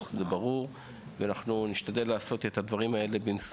זה פוקח עיניים.